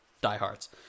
diehards